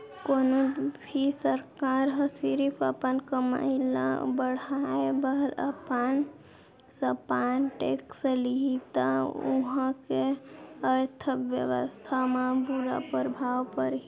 कोनो भी सरकार ह सिरिफ अपन कमई ल बड़हाए बर अनाप सनाप टेक्स लेहि त उहां के अर्थबेवस्था म बुरा परभाव परही